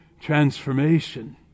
transformation